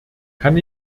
kann